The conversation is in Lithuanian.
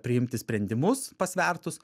priimti sprendimus pasvertus